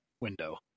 window